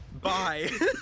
Bye